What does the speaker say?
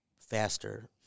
faster